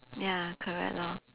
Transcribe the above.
ya correct lor